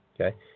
Okay